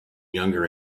younger